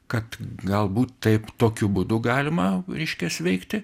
kad galbūt taip tokiu būdu galima reiškias veikti